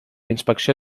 inspecció